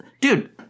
dude